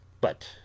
But—